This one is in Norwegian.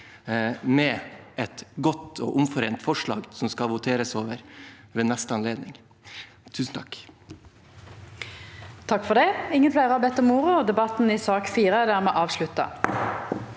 med et godt og omforent forslag som skal voteres over ved neste anledning. Tusen takk!